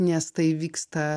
nes tai vyksta